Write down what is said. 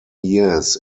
years